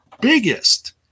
biggest